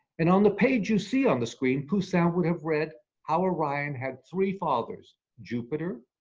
and on the page you see on the screen, poussin would have read how orion had three fathers jupiter,